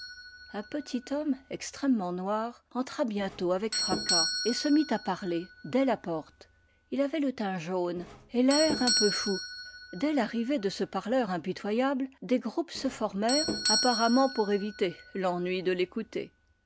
un petit homme extrêmement noir entra bientôt avec fracas et se mit à parler dès la porte il avait le teint jaune et l'air un peu fou dès l'arrivée de ce parleur impitoyable des groupes se formèrent apparemment pour éviter l'ennui de l'écouter